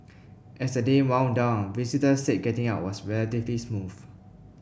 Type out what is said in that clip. as the day wound down visitors said getting out was relatively smooth